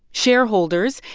shareholders,